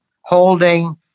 holding